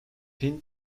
pin